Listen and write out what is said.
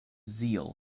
zeal